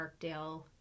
Parkdale